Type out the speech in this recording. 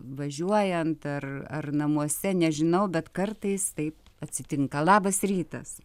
važiuojant ar ar namuose nežinau bet kartais taip atsitinka labas rytas